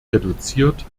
reduziert